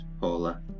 Paula